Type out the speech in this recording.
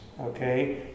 okay